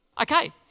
Okay